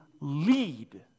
lead